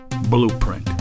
Blueprint